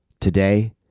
today